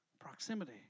Proximity